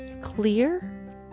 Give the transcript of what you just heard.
clear